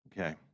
Okay